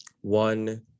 one